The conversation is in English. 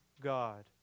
God